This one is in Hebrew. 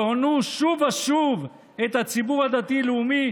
שהונו שוב ושוב את הציבור הדתי-לאומי,